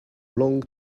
long